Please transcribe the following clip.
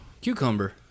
cucumber